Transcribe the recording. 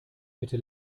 bitte